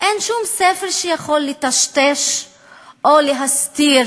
אין שום ספר שיכול לטשטש או להסתיר